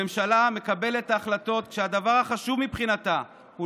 הממשלה מקבלת החלטות כשהדבר החשוב מבחינתה הוא